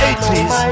80s